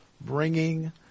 bringing